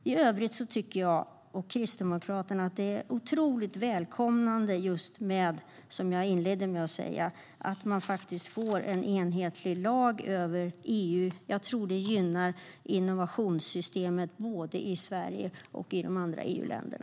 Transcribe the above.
I övrigt tycker jag och Kristdemokraterna att det är otroligt välkommet att man, som jag inledde med att säga, får en enhetlig lag över hela EU. Jag tror att det gynnar innovationssystemet både i Sverige och i de andra EU-länderna.